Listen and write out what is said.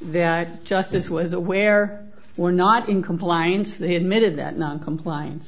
that justice was aware were not in compliance they admitted that noncomplian